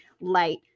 light